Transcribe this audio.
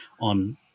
on